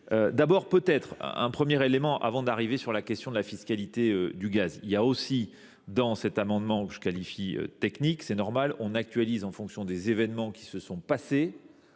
D'abord peut-être un premier élément avant d'arriver sur la question de la fiscalité du gaz. Il y a aussi dans cet amendement que je qualifie technique, c'est normal, on actualise en fonction des événements qui se sont passés,